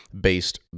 based